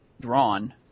drawn